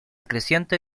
creciente